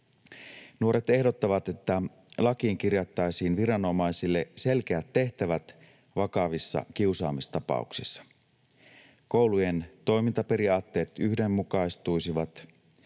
Nuoret ehdottavat, että lakiin kirjattaisiin viranomaisille selkeät tehtävät vakavissa kiusaamistapauksissa. Koulujen toimintaperiaatteet yhdenmukaistuisivat.